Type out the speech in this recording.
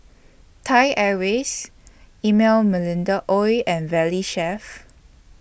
Thai Airways Emel Melinda Ooi and Valley Chef